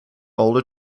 older